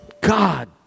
God